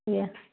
ଆଜ୍ଞା